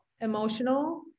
emotional